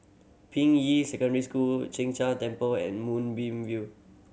Ping Yi Secondary School Chin Jia Temple and Moonbeam View